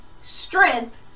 strength